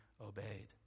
obeyed